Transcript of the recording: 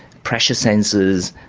pressure sensors,